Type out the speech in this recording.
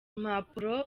impapuro